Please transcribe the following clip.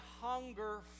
hunger